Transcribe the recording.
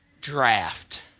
draft